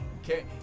okay